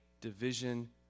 division